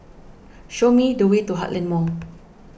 show me the way to Heartland Mall